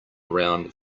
around